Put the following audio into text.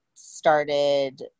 started